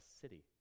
city